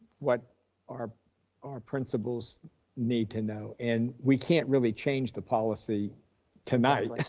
what our our principals need to know? and we can't really change the policy tonight.